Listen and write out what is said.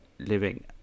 living